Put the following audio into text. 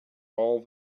all